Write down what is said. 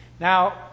Now